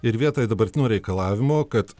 ir vietoj dabartinio reikalavimo kad